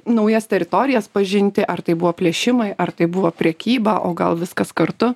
naujas teritorijas pažinti ar tai buvo plėšimai ar tai buvo prekyba o gal viskas kartu